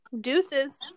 Deuces